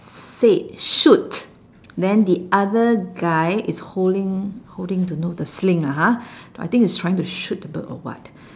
said shoot then the other guy is holding holding don't know the sling ah ha I think he's trying to shoot the bird or what